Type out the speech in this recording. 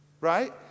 Right